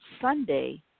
Sunday